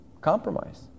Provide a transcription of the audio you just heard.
Compromise